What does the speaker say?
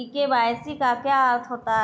ई KYC का क्या अर्थ होता है?